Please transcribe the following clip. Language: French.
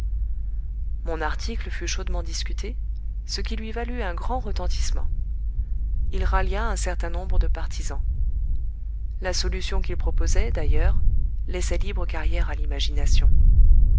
mon article fut chaudement discuté ce qui lui valut un grand retentissement il rallia un certain nombre de partisans la solution qu'il proposait d'ailleurs laissait libre carrière à l'imagination